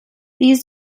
these